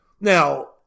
Now